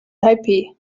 taipeh